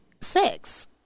sex